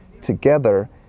together